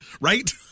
Right